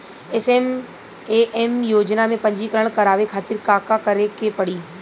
SMAM योजना में पंजीकरण करावे खातिर का का करे के पड़ी?